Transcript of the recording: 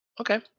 okay